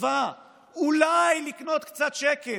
בתקווה אולי לקנות קצת שקט,